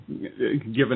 given